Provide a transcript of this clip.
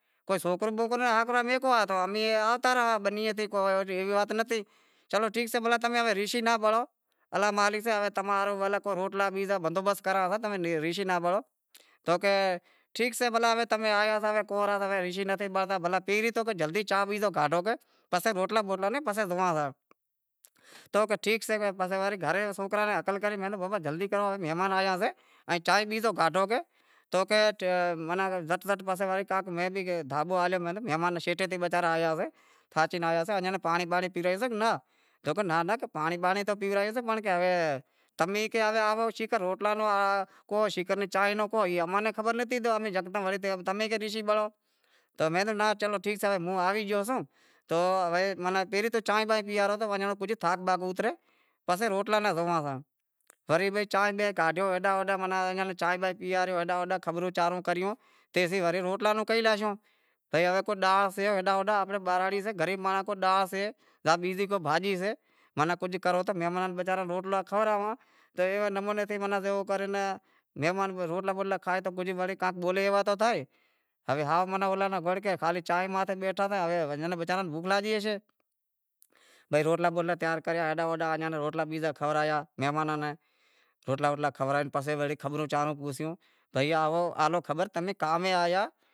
کو سوکرو بوکرو ہاکرو بھیگو آوے بنیئے تے امیں زاتا رہیا ایوی وات نتھی چلو ٹھیک سے ہوے تمہیں رشی ناں پڑو الا مالک سے ہوے تمہاں رے روٹلاں بوٹلاں رو بندوبست کراں تا ہوے تمے رشی ناں پڑو تو کہے ٹھیک سے تمہیں آیا ہتا کامہارا تھا ٹھیک سے پہری چانہہ بیزی کاڈھو روٹلاں بوٹلاں ناںپسے زوئاں تا۔ تو کہے ٹھیک سے پسے وڑے گھرے سوکراں ناں ہکل کری کہ بابا جلدی کرو ہوے مہمان آیا سے ائیں چانہیں بیزو کاڈھو کہ تو کہے کہ زٹ زٹ میں بھی بھاگو ہلیو میں کہیو مہمان شیٹے تیں بہ سار آیا سے تھاچی آیا سے ایئاں ناں پانڑی بانڑی پیارسو یاں ناں، تو کہیں ناں ناں پانڑی بانڑی تو پیورایوسیں پنڑ تمیں کہ ہوے آوو روٹلاں ری چانہیں ری سیگر امیں خبر لیتی ڈیو کہ تمیں رشی پڑو، چلو ٹھیک سے موں آوی گیو سوں پہریں تو چانہیں بانہیں پیاڑاں تو ایئاں ناں کجھ تھاک باک اوترے پسے روٹلاں ناں ززوئاں تا، وری چانہیں بانہیں کاڈھیو ایئاں ناں ہیڈاں ہوڈاں چانہیں بانیہن پیاریو ہیڈاں ہوڈاں خبروں چاروں کریوں تیسیں وری روٹلاں روں کہی لاشوں تیسیں کو ڈانہن سے گریب مانڑوں یا بیزی کو بھاجی سے تاں کجھ کرو تو مہمان وچاراں ناں کجھ روٹلا کھاوراڑاںتو ایوے نمونے سیں زیوو کر مہمان روٹلا بوٹلا کھائیں تو کجھ وڑی کاہنک بولوے جیہڑا تو تھیں، ہوے رگو چانہیں ماتھے بیٹھا سے وچاراں ناں بوکھ لاگی شے۔ بھئی روٹلا بوٹلا تیار کریا ہیڈاں ہوڈاںایئاں ناں روٹلا بیزا کھاورایا مہماناں نیں روٹلا بوٹلا کھورائے پسے وڑے خبروں چاروں پوسیوں تو کا خبر ڈیو تمہں کے کام آیا۔